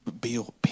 Bill